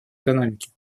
экономики